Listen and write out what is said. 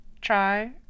try